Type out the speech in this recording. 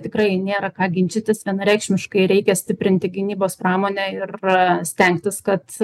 tikrai nėra ką ginčytis vienareikšmiškai reikia stiprinti gynybos pramonę ir stengtis kad